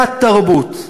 תת-תרבות.